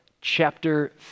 chapter